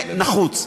נחוץ.